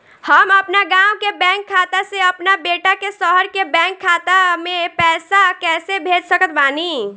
हम अपना गाँव के बैंक खाता से अपना बेटा के शहर के बैंक खाता मे पैसा कैसे भेज सकत बानी?